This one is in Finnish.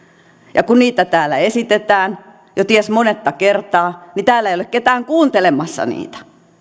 kun niitä täällä esitetään jo ties monetta kertaa täällä ei ole ketään kuuntelemassa niitä